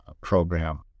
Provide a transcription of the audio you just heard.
program